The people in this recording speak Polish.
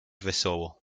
wesoło